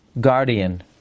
guardian